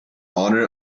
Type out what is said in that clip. honor